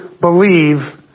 believe